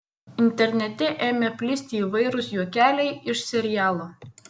internete ėmė plisti įvairūs juokeliai iš serialo